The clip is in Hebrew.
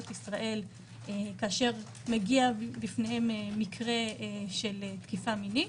ישראל כאשר מגיע בפניהם מקרה של תקיפה מינית,